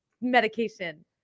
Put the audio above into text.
medication